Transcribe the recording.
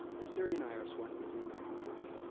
and serine irs one is inactive.